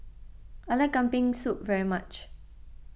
I like Kambing Soup very much